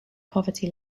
poverty